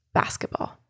basketball